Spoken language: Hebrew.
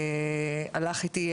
הלך איתי,